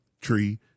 tree